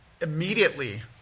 immediately